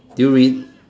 do you read